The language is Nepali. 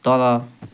तर